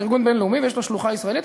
זה ארגון בין-לאומי ויש לו שלוחה ישראלית.